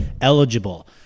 eligible